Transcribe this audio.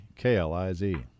KLIZ